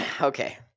Okay